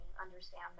understand